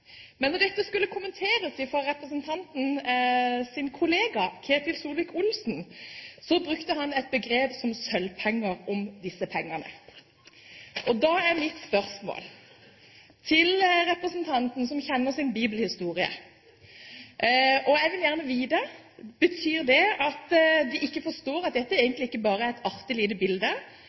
Men da dette skulle kommenteres av representantens kollega, Ketil Solvik-Olsen, brukte han et begrep som «sølvpenger» om disse pengene. Jeg har et spørsmål til representanten, som kjenner sin bibelhistorie. Jeg vil gjerne vite: Betyr det at de ikke forstår at dette egentlig ikke bare er et artig lite bilde,